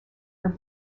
her